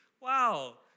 Wow